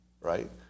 right